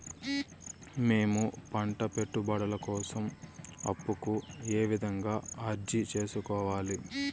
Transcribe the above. మేము పంట పెట్టుబడుల కోసం అప్పు కు ఏ విధంగా అర్జీ సేసుకోవాలి?